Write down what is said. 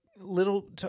little